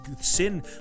Sin